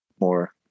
more